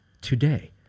today